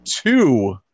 two